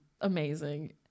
Amazing